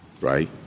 right